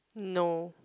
no